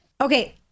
Okay